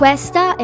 Questa